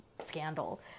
scandal